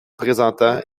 présenta